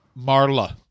Marla